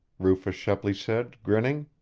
rufus shepley said, grinning.